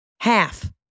half